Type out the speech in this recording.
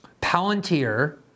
Palantir